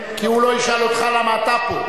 כי הוא לא ישאל אותך למה אתה פה.